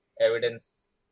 evidence